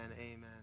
amen